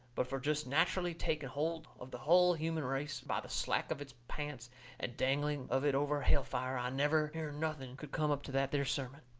but fur jest natcherally taking holt of the hull human race by the slack of its pants and dangling of it over hell-fire, i never hearn nothing could come up to that there sermon.